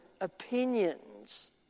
opinions